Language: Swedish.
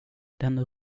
den